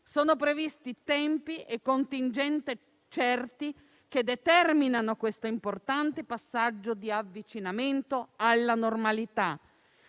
Sono previsti tempi contingenti e certi che determinano questo importante passaggio di avvicinamento alla normalità.